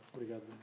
Obrigado